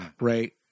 Right